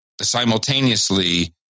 simultaneously